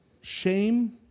Shame